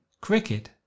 Cricket